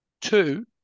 two